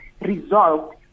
resolved